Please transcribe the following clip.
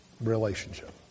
relationship